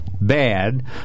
bad